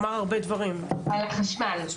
החשמל.